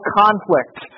conflict